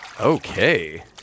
Okay